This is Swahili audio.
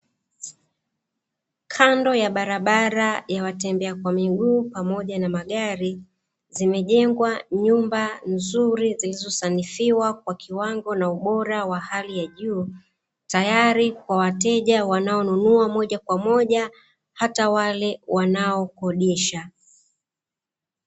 Kando ya barabara ya watembea kwa miguu pamoja na magari, zimejengwa nyumba nzuri zilizosanifiwa kwa kiwango na ubora wa hali ya juu; tayari kwa wateja wanaonunua moja kwa moja, hata wale wanaokodisha.